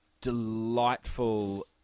delightful